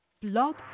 Blog